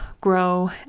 grow